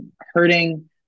hurting